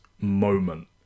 moment